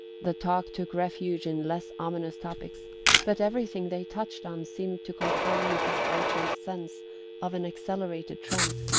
the talk took refuge in less ominous topics but everything they touched on seemed to confirm mrs. archer's sense of an accelerated trend.